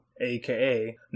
aka